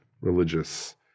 religious